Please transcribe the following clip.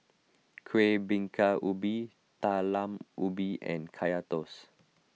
Kueh Bingka Ubi Talam Ubi and Kaya Toast